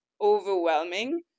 overwhelming